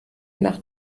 nach